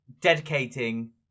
dedicating